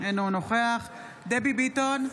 אינו נוכח דבי ביטון,